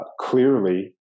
Clearly